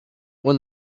when